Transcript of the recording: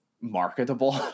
marketable